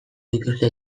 dituzte